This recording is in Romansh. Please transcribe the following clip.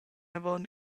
avon